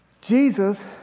Jesus